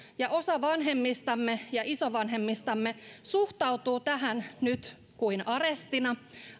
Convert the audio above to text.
ja osa vanhemmistamme ja isovanhemmistamme suhtautuu tähän nyt kuin arestina